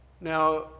Now